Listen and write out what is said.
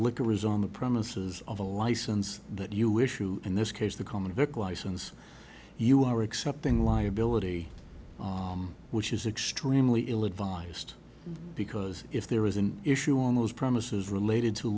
liquor is on the premises of a license that you issue in this case the convict license you are accepting liability which is extremely ill advised because if there is an issue on those premises